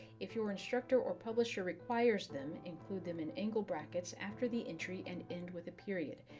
if your instructor or publisher requires them, include them in angle brackets after the entry and end with a period.